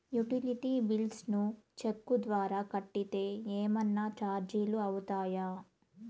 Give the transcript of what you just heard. Utility bills ను cheque ద్వారా కట్టితే ఏమన్నా చార్జీలు అవుతాయా?